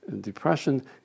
Depression